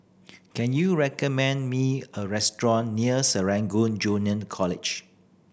can you recommend me a restaurant near Serangoon Junior College